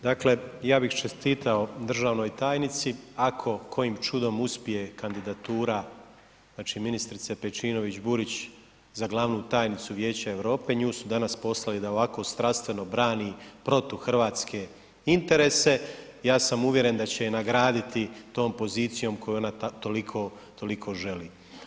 Dakle, ja bih čestitao državnoj tajnici ako kojim čudom uspije kandidatura, znači, ministrice Pejčinović-Burić za glavnu tajnicu Vijeća Europe, nju su danas poslali da ovako strastveno brani protuhrvatske interese, ja sam uvjeren da će je nagraditi tom pozicijom koju ona toliko želi.